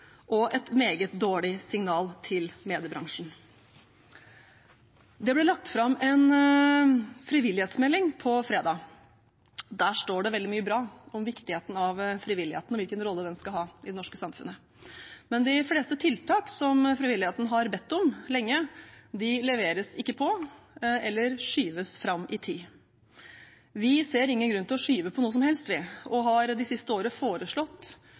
og et meget dårlig signal til mediebransjen. Det ble lagt fram en frivillighetsmelding på fredag. Der står det veldig mye bra om viktigheten av frivilligheten og hvilken rolle den skal ha i det norske samfunnet. Men de fleste tiltak som frivilligheten lenge har bedt om, leveres ikke, eller de skyves fram i tid. Vi ser ingen grunn til å skyve på noe som helst, og har det siste året foreslått